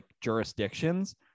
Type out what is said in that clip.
jurisdictions